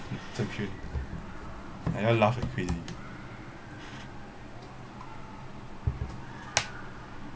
zhen xuan I never laugh like crazy